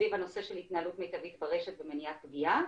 סביב הנושא של התנהלות מיטבית ברשת ומניעת פגיעה,